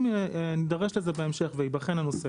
אם נידרש לזה בהמשך וייבחן הנושא